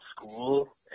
school